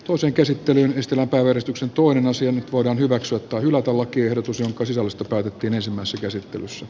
toisen käsittelyn ystävä kaveristuksen toinen nyt voidaan hyväksyä tai hylätä lakiehdotus jonka sisällöstä päätettiin ensimmäisessä käsittelyssä